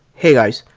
hey guys,